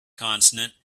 consonant